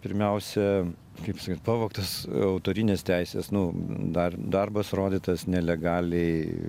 pirmiausia kaip sakyt pavogtos autorinės teisės nu dar darbas rodytas nelegaliai